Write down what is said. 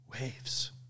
Waves